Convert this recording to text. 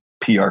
PR